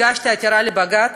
הגשתי עתירה לבג"ץ,